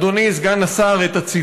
אדוני סגן השר,